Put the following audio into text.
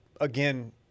again